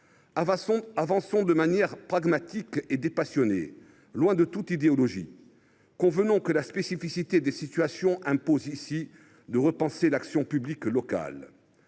Avançons de manière pragmatique et dépassionnée, loin de toute idéologie, et convenons que la spécificité des situations impose ici de repenser l’action publique locale.